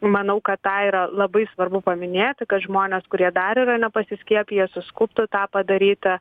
manau kad tą yra labai svarbu paminėti kad žmonės kurie dar yra nepasiskiepiję suskubtų tą padaryti